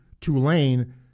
Tulane